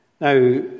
Now